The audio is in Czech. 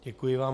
Děkuji vám.